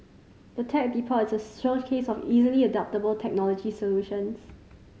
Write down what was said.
the Tech Depot is a showcase of easily adoptable technology solutions